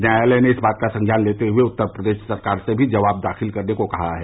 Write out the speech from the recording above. न्यायालय ने इस बात का संज्ञान लेते हुए उत्तर प्रदेश सरकार से भी जवाब दाखिल करने को कहा है